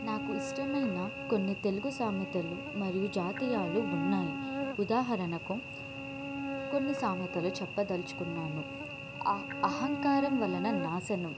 నాకు ఇష్టమైన కొన్ని తెలుగు సామెతలు మరియు జాతీయాలు ఉన్నాయి ఉదాహరణకు కొన్ని సామెతలు చెప్పదలుచుకున్నాను అహంకారం వలన నాశనం